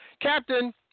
Captain